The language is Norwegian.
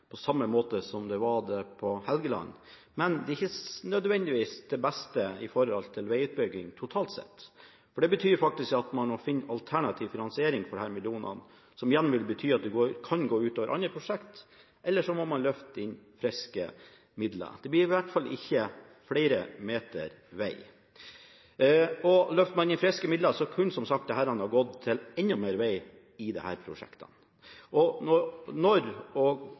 på samme måte som det var det på Helgeland. Men det er ikke nødvendigvis det beste med tanke på vegutbygging totalt sett, for det betyr faktisk at man må finne alternativ finansiering for disse millionene, som igjen vil bety at det kan gå ut over andre prosjekter, eller så må man løfte inn friske midler. Det blir i hvert fall ikke flere meter veg. Løfter man inn friske midler, kunne som sagt dette ha gått til enda mer veg i disse prosjektene. Da lurer jeg selvfølgelig på: Når og